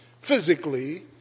physically